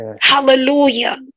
Hallelujah